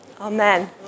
Amen